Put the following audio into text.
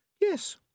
Yes